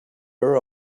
her